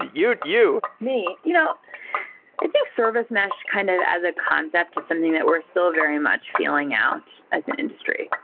you. me? you know i think service mesh kind of as a concept is something that we're still very much fi lling out as an industry,